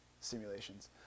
simulations